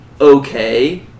Okay